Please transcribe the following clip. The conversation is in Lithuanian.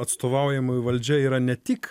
atstovaujamoji valdžia yra ne tik